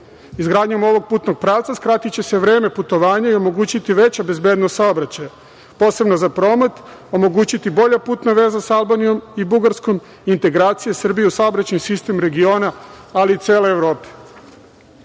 lukama. Izgradnjom ovog putnog pravca skratiće se vreme putovanja i omogućiti veća bezbednost saobraćaja, posebno za promet, omogućiti bolja putna veza sa Albanijom i Bugarskom, integracija Srbije u saobraćajni sistem regiona ali i cele